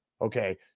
okay